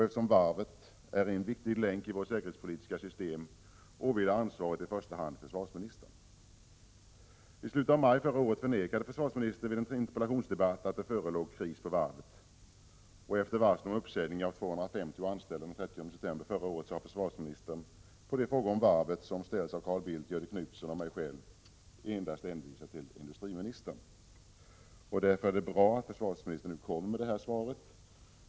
Eftersom varvet är en viktig länk i vårt säkerhetspolitiska system åvilar ansvaret i första hand försvarsministern. I slutet av maj förra året förnekade försvarsministern vid en interpellationsdebatt att det förelåg kris för varvet. Efter varslen om uppsägning av 250 anställda den 30 september förra året har försvarsministern, på de frågor om varvet som ställts av Carl Bildt, Göthe Knutson och mig själv, endast hänvisat till industriministern. Därför är det bra att försvarsministern nu lämnar det här svaret.